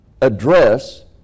address